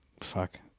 fuck